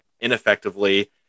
ineffectively